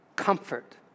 Comfort